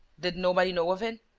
did nobody know of it?